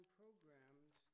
programs